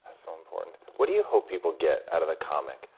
so important. what do you hope people get outta the comic?